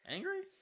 Angry